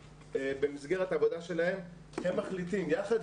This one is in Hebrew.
במסגרת העבודה שלהם הם מחליטים יחד